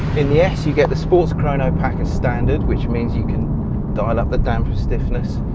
in the s, you get the sports chrono pack and standard which means you can dial up the damper stiffness.